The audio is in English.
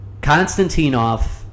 Konstantinov